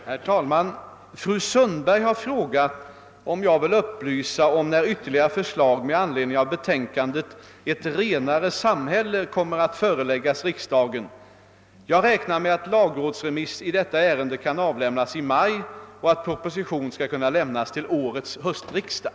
Herr talman! Fru Sundberg har frågat mig om jag vill upplysa om när ytterligare förslag med anledning av betänkandet Ett renare samhälle kommer att föreläggas riksdagen. Jag räknar med att lagrådsremiss i detta ärende kan avlämnas i maj och att proposition skall kunna lämnas till årets höstriksdag.